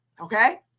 Okay